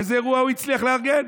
איזה אירוע הוא הצליח לארגן?